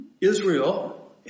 Israel